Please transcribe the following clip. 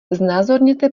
znázorněte